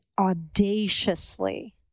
audaciously